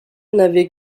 n’avait